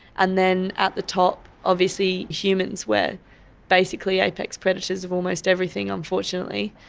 and then at the top obviously humans, we're basically apex predators of almost everything unfortunately.